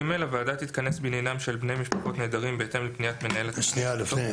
לקראת קריאה שנייה ושלישית.